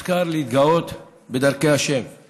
מותר להתגאות בדרכי ה';